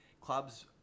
Clubs